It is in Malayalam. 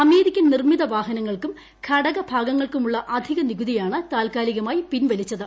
അമേരിക്കൻ നിർമ്മിത വാഹനങ്ങൾക്കും ഘടക ഭാഗങ്ങൾക്കുമുള്ള അധിക നികുതിയാണ് താൽക്കാലികമായി പിൻവലിച്ചത്